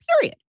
period